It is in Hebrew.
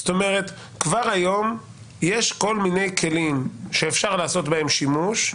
כבר היום יש כל מיני כלים שאפשר לעשות בהם שימוש,